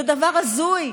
זה דבר הזוי,